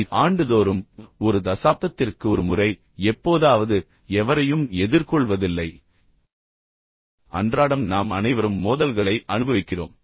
இது ஆண்டுதோறும் ஒரு தசாப்தத்திற்கு ஒரு முறை எப்போதாவது எவரையும் எதிர்கொள்வதில்லை அன்றாடம் நாம் அனைவரும் மோதல்களை அனுபவிக்கிறோம்